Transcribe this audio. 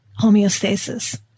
homeostasis